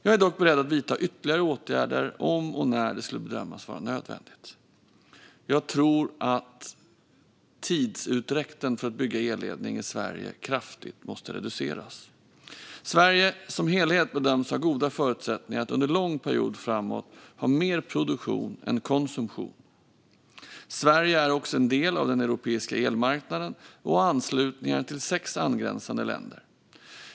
Jag är dock beredd att vidta ytterligare åtgärder om och när det skulle bedömas vara nödvändigt. Jag tror att tidsutdräkten för att bygga elledningar i Sverige kraftigt måste reduceras. Sverige som helhet bedöms ha goda förutsättningar att under en lång period framåt ha större produktion än konsumtion. Sverige är också en del av den europeiska elmarknaden och har anslutningar till sex angränsande länder.